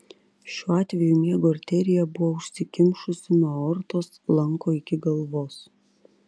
šiuo atveju miego arterija buvo užsikimšusi nuo aortos lanko iki galvos